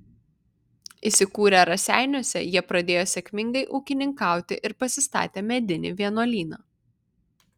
įsikūrę raseiniuose jie pradėjo sėkmingai ūkininkauti ir pasistatė medinį vienuolyną